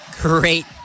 Great